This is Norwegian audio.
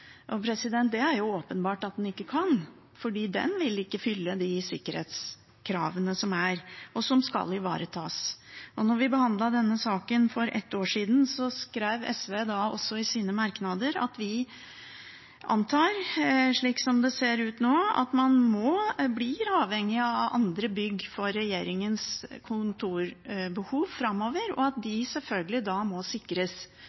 Det er jo åpenbart at den ikke kan det, for den vil ikke fylle de sikkerhetskravene som skal ivaretas. Da vi behandlet denne saken for ett år siden, skrev SV i sine merknader at vi antar – slik det ser ut nå – at man blir avhengig av andre bygg for regjeringens kontorbehov framover, og at de selvfølgelig da må sikres.